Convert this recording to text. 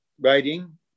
writing